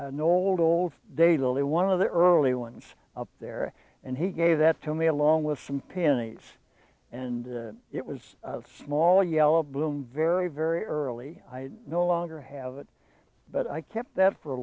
nolde old days only one of the early ones there and he gave that to me along with some pennies and it was a small yellow bloom very very early i no longer have it but i kept that for a